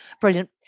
Brilliant